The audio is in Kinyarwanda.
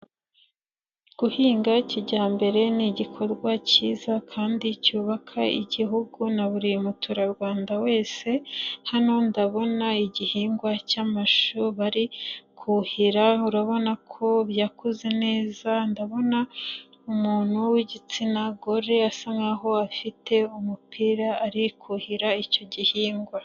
Guhinga kijyambere ni igikorwa cyiza kandi cyubaka Igihugu na buri muturarwanda wese. Hano ndabona igihingwa cy'amashu bari kuhira, urabona ko yakuze neza, ndabona umuntu w'igitsina gore asa nk'aho afite umupira ari kuhira icyo gihingwa.